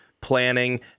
planning